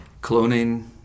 Cloning